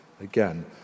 Again